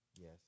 Yes